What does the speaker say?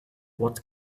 what